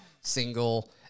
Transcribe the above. single